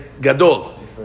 Gadol